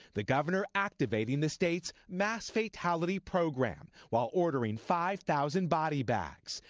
the governor activating the state's mass fatality program while ordering five thousand body bags.